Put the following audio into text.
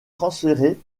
transféré